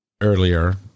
earlier